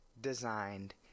designed